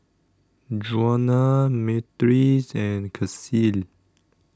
Djuana Myrtis and Kacey